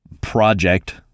project